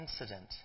incident